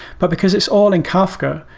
but because it's all in kafka,